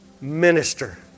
Minister